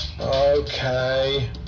Okay